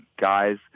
guys